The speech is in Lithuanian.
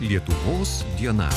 lietuvos diena